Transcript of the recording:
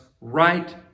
right